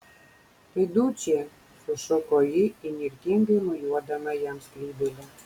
tai dučė sušuko ji įnirtingai mojuodama jam skrybėle